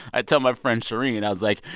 i tell my friend shereen i was like,